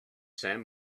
sam